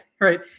right